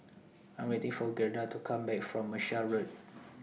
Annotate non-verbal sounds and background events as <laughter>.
<noise> I Am waiting For Gerda to Come Back from Marshall Road